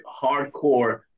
hardcore